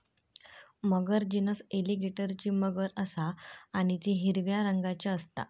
मगर genus एलीगेटरची मगर असा आणि ती हिरव्या रंगाची असता